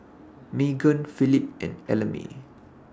Meghan Phillip and Ellamae